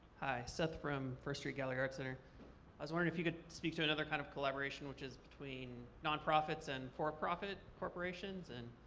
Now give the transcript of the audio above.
seth from first street gallery art center. i was wondering if you could speak to another kind of collaboration which is between non-profits and for-profit corporations and,